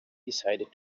decided